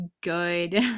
good